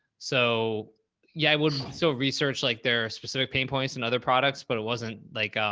so yeah, i would still research like their specific pain points and other products, but it wasn't like,